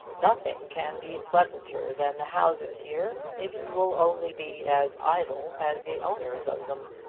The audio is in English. nothing can be pleasanter than the houses here if you will only be as idle as the owners of them.